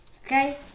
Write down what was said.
Okay